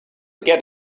get